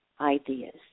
ideas